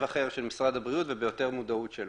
אחר של משרד הבריאות וביותר מודעות שלו.